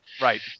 Right